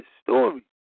story